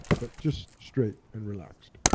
but just straight and relaxed